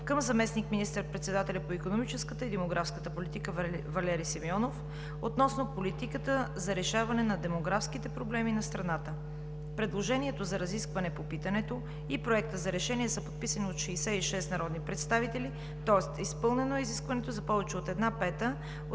към заместник министър-председателя по икономическата и демографска политика Валери Симеонов относно политика за решаване на демографските проблеми на страната и Проект за решение. Предложението за разисквания по питане и Проектът за решение са подписани от 66 народни представители, тоест изпълнено е изискването за повече от една пета